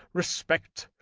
respect,